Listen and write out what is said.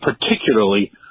particularly